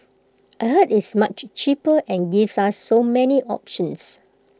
I heard it's much cheaper and gives us so many options